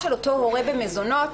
חובת אותו הורה במזונות,